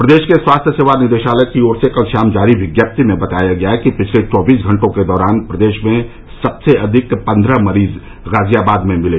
प्रदेश के स्वास्थ्य सेवा निदेशालय की ओर से कल शाम जारी विज्ञप्ति में बताया गया कि पिछले चौबीस घंटों के दौरान प्रदेश में सबसे अधिक पन्द्रह मरीज गाजियाबाद में मिले